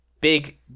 Big